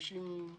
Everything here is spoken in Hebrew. לא